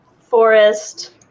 forest